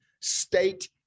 state